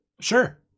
Sure